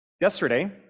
Yesterday